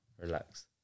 Relax